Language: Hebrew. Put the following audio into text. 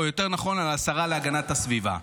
או יותר נכון על השרה להגנת הסביבה.